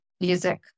Music